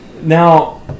Now